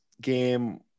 game